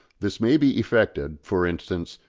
this may be effected, for instance,